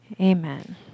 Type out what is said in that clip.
Amen